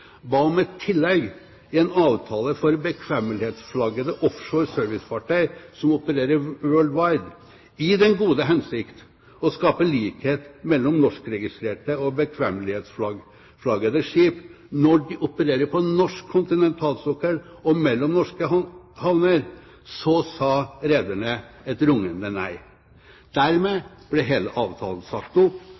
ba om et tillegg til en avtale for bekvemmelighetsflaggede offshore servicefartøy som opererer «world wide», i den gode hensikt å skape likhet mellom norskregistrerte og bekvemmelighetsflaggede skip når de opererer på norsk kontinentalsokkel og mellom norske havner, sa rederne et rungende nei. Dermed ble hele avtalen sagt opp.